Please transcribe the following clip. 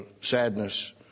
sadness